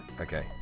Okay